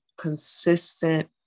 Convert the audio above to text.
consistent